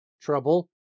trouble